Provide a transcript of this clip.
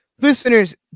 Listeners